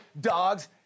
dogs